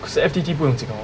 可是 F_T_T 不用紧 hor